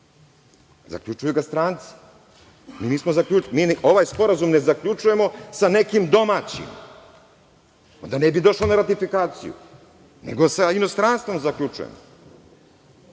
Zaključuju ga stranci. Ovaj sporazum ne zaključujemo sa nekim domaćim, onda ne bi došlo na ratifikaciju, nego sa inostranstvom zaključujemo.